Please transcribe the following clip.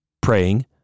praying